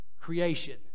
creation